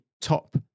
top